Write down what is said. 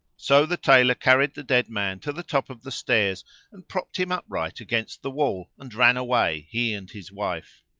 so the tailor carried the dead man to the top of the stairs and propped him upright against the wall and ran away, he and his wife.